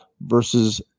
versus